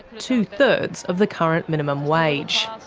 two-thirds of the current minimum wage.